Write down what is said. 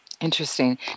Interesting